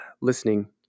listening